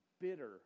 bitter